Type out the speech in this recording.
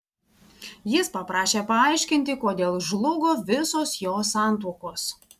jis paprašė paaiškinti kodėl žlugo visos jos santuokos